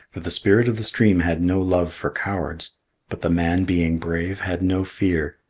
for the spirit of the stream had no love for cowards but the man being brave had no fear,